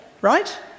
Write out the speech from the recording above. Right